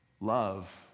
Love